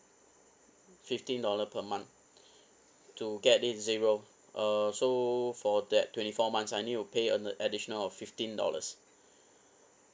fifteen dollar per month to get it zero uh so for that twenty four months I need to pay an additional of fifteen dollars